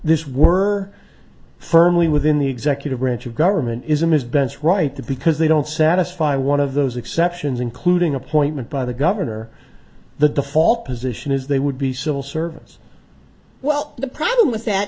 this were firmly within the executive branch of government ism is bents right the because they don't satisfy one of those exceptions including appointment by the governor the default position is they would be civil servants well the problem with that